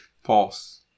false